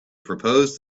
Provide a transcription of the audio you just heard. proposed